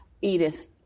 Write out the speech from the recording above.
Edith